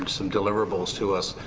some deliverables to us.